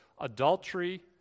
adultery